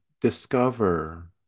discover